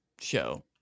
show